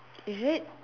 is it